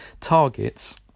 targets